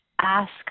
ask